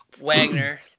Wagner